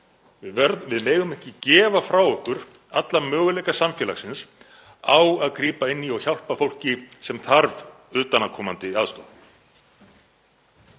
Við megum ekki gefa frá okkur alla möguleika samfélagsins á að grípa inn í og hjálpa fólki sem þarf utanaðkomandi aðstoð.